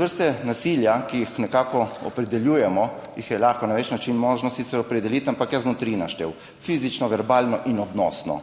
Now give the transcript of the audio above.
Vrste nasilja, ki jih nekako opredeljujemo, jih je lahko na več način možno sicer opredeliti, ampak jaz bom tri naštel: fizično, verbalno in odnosno.